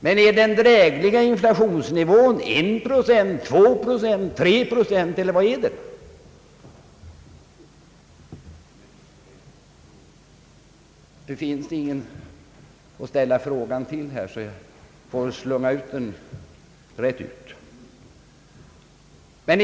Men är den drägliga inflationsnivån en procent, två procent, tre procent, eller vad är den? Det finns ingen att ställa frågan till här, och därför får jag väl slunga ut den rätt ut i luften.